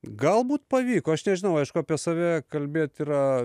galbūt pavyko aš nežinau aišku apie save kalbėt yra